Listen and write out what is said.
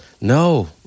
no